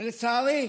ולצערי,